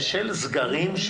של סגרים,